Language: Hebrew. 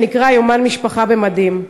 שנקרא "יומן משפחה במדים".